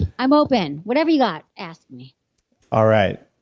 i'm open. whatever you got, ask me all right.